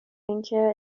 اینکه